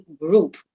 group